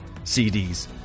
CDs